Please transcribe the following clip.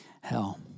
hell